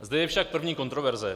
Zde je však první kontroverze.